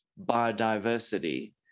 biodiversity